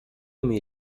mir